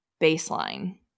baseline